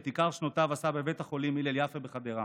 ואת עיקר שנותיו עשה בבית החולים הלל יפה בחדרה.